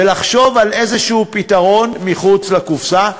ולחשוב על איזשהו פתרון מחוץ לקופסה,